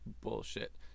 bullshit